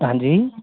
हाँ जी